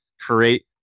create